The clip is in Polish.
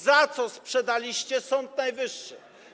Za co sprzedaliście Sąd Najwyższy?